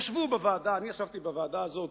ישבו בוועדה, אני ישבתי בוועדה הזאת